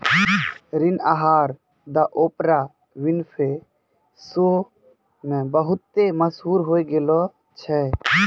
ऋण आहार द ओपरा विनफ्रे शो मे बहुते मशहूर होय गैलो छलै